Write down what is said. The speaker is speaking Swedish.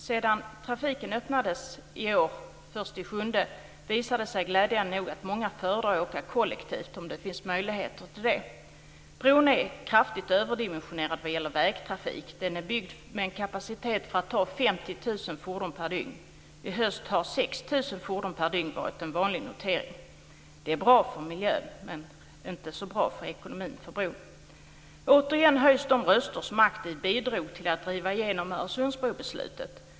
Sedan trafiken öppnades den 1 juli i år har det glädjande nog visat sig att många föredrar att åka kollektivt om det finns möjligheter till det. Bron är kraftigt överdimensionerad när det gäller vägtrafik. Den är byggd med en kapacitet på 50 000 fordon per dygn. I höst har 6 000 fordon per dygn varit en vanlig notering. Det är bra för miljön, men inte så bra för ekonomin för bron. Återigen höjs de röster som aktivt bidrog till att driva igenom beslutet om Öresundsbron.